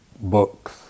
books